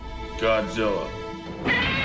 Godzilla